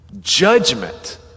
judgment